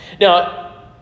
Now